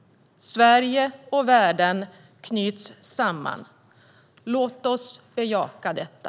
Sverige och världen knyts samman. Låt oss bejaka detta.